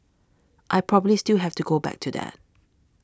I probably still have to go back to that